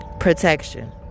Protection